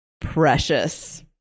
precious